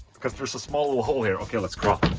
because there's a small little hole here. okay, let's crawl.